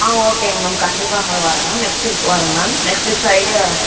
ஆ ஓகேங்க மேம் கண்டிப்பாக அங்கே வரேங்க மேம் நெக்ஸ்ட் வீக் வரேங்க மேம் நெக்ஸ்ட் வீக் ஃப்ரைடே வரேங்க மேம்